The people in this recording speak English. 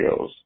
videos